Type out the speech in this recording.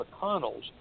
McConnells